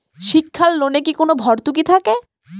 শিক্ষার লোনে কি কোনো ভরতুকি থাকে?